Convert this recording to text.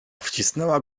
wcisnęła